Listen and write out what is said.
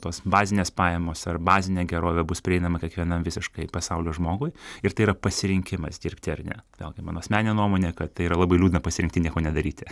tos bazinės pajamos ar bazinė gerovė bus prieinama kiekvienam visiškai pasaulio žmogui ir tai yra pasirinkimas dirbti ar ne vėlgi mano asmeninė nuomonė kad tai yra labai liūdna pasirinkti nieko nedaryti